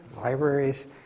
libraries